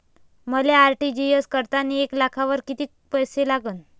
मले आर.टी.जी.एस करतांनी एक लाखावर कितीक पैसे लागन?